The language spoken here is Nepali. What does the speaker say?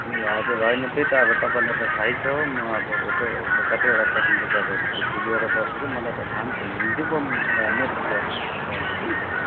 ए हजुर होइन त्यही त अब तपाईँलाई त थाहै छ हो म अब यसो कतिवटा कामले गर्दाखेरि छुट्टी लिएर बसेको मलाई त थाहा पनि थिएन हिजो पो मेसेज गर्नुभएछ सरले कि